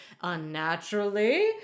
unnaturally